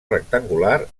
rectangular